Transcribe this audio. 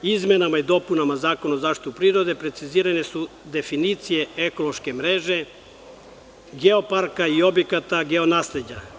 Izmenama i dopunama Zakona o zaštiti prirode precizirane su definicije ekološke mreže, geoparka i objekata geonasleđa.